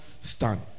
stand